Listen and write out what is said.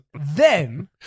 Then-